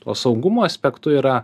tuo saugumo aspektu yra